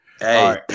Hey